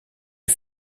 est